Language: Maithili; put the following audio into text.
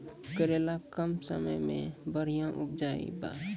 करेला कम समय मे बढ़िया उपजाई बा?